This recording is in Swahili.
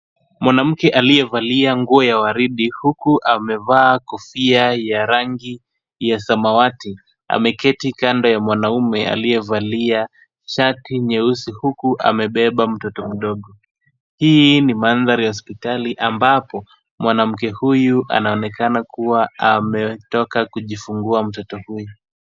Mwanamke aliyevalia nguyo ya waridi huku amevaa kofia ya rangi ya samawati. Ameketi kando ya mwanaume aliyevalia shati nyeusi huku amebeba mtoto mdogo. Hii ni mahandhari ya hospitali ambapo mwanamke huyu anaonekana kuwa ametoka kujifungua mtoto huyu.